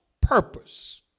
purpose